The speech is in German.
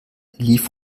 lief